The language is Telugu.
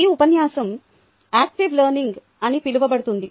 ఈ ఉపన్యాసం యాక్టివ్ లెర్నింగ్ అని పిలువబడుతుంది